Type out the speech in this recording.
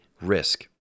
risk